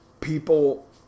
people